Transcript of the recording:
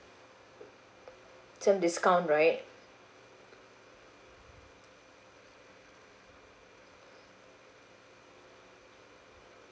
some discount right